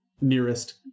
nearest